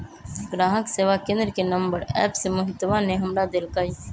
ग्राहक सेवा केंद्र के नंबर एप्प से मोहितवा ने हमरा देल कई